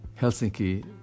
Helsinki